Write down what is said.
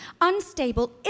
unstable